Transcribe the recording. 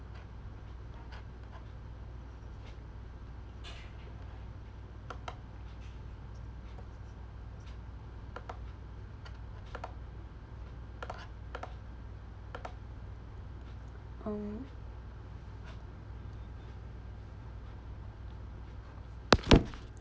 um